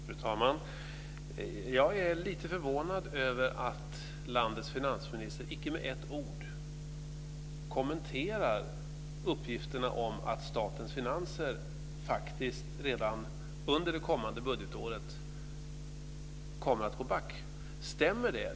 Fru talman! Jag är lite förvånad över att landets finansminister icke med ett ord kommenterar uppgifterna att statens finanser redan under det kommande budgetåret kommer att gå back. Stämmer det?